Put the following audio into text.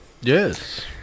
yes